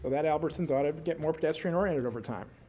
that albertsons ought to get more pedestrian oriented over time.